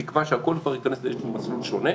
בתקווה שהכול כבר ייכנס לאיזשהו מסלול שונה.